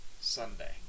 Sunday